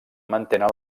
mantenen